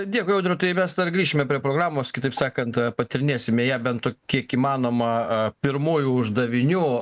dėkui audriau tai mes dar grįšime prie programos kitaip sakant patyrinėsime ją bent to kiek įmanoma a pirmuoju uždaviniu